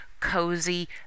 cozy